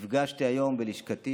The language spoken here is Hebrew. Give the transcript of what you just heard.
נפגשתי היום בלשכתי